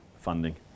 funding